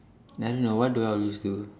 I don't know what do I always do